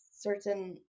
certain